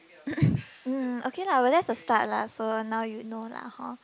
um okay lah but that's the start lah so now you know lah hor